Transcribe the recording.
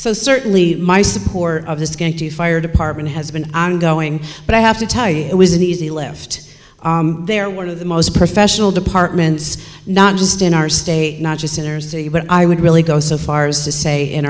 so certainly my support of his going to fire apartment has been ongoing but i have to tell you it was an easy lift they're one of the most professional departments not just in our state not just in our city but i would really go so far as to say in